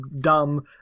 dumb